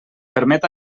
permet